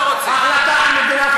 מוזיאון של שנאה,